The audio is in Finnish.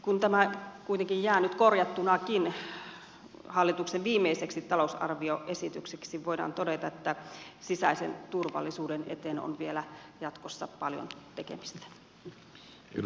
kun tämä kuitenkin jää nyt korjattunakin hallituksen viimeiseksi talousarvioesitykseksi voidaan todeta että sisäisen turvallisuuden eteen on vielä jatkossa paljon tekemistä